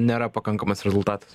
nėra pakankamas rezultatas